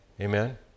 Amen